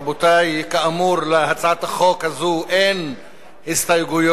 רבותי, כאמור, להצעת החוק הזו אין הסתייגויות,